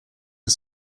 are